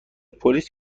پلیس